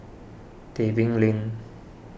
Tebing Lane